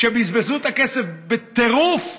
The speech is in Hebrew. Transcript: כשבזבזו את הכסף בטירוף,